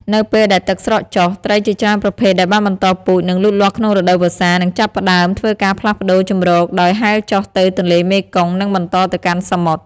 នៅពេលដែលទឹកស្រកចុះ ត្រីជាច្រើនប្រភេទដែលបានបន្តពូជ និងលូតលាស់ក្នុងរដូវវស្សា នឹងចាប់ផ្តើមធ្វើការផ្លាស់ប្តូរជម្រកដោយហែលចុះទៅទន្លេមេគង្គ និងបន្តទៅកាន់សមុទ្រ។